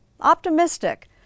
optimistic